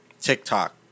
TikTok